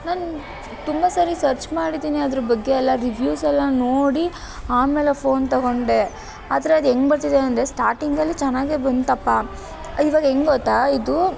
ನಾನು ತುಂಬ ಸರಿ ಸರ್ಚ್ ಮಾಡಿದ್ದೀನಿ ಅದರ ಬಗ್ಗೆ ಎಲ್ಲ ರಿವ್ಯೂಸೆಲ್ಲ ನೋಡಿ ಆಮೇಲೆ ಫೋನ್ ತಗೊಂಡೆ ಆದರೆ ಅದು ಹೇಗೆ ಬರ್ತಿದೆ ಅಂದರೆ ಸ್ಟಾಟಿಂಗಲ್ಲಿ ಚೆನ್ನಾಗೇ ಬಂತಪ್ಪ ಈವಾಗ ಹೆಂಗೊತ್ತಾ ಇದು